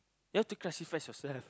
you have to crucifies yourself